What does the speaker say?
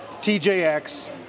TJX